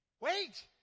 wait